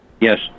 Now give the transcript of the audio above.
Yes